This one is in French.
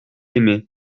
aimé